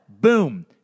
Boom